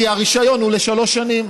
כי הרישיון הוא לשלוש שנים.